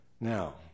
Now